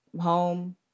home